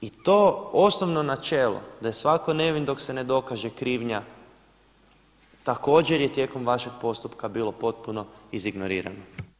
I to osnovno načelo da je svatko nevin dok se ne dokaže krivnja, također je tijekom vašeg postupka bilo potpuno izignorirano.